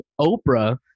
Oprah